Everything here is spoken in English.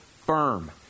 firm